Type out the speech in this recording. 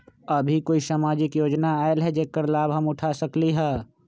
अभी कोई सामाजिक योजना आयल है जेकर लाभ हम उठा सकली ह?